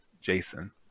Jason